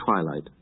twilight